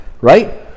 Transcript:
right